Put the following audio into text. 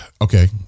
Okay